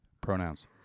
pronouns